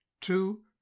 Two